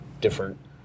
different